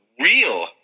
real